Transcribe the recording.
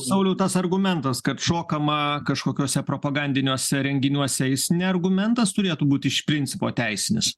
sauliau tas argumentas kad šokama kažkokiuose propagandiniuose renginiuose jis ne argumentas turėtų būt iš principo teisinis